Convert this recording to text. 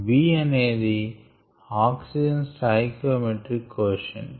b అనేది oxygen stoichiometric quotient